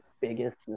biggest